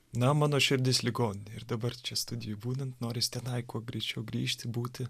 na mano širdis ligoninėj ir dabar čia studijoj būnant noris tenai kuo greičiau grįžti būti